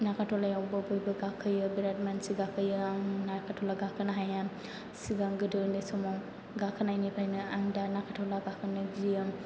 नागारट'लायावबो बयबो गाखोयो बिराद मानसि गाखोयो आं नागारट'ला गाखोनो हाया सिगां गोदो उन्दै समाव गाखोनायनिफ्रायनो आं दा नागारट'ला गाखोनो गियो